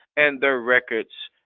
and their records,